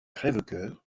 crèvecœur